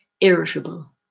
Irritable